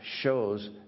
shows